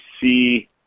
see